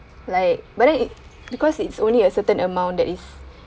like but then it because it's only a certain amount that is